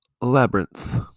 Labyrinth